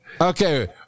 Okay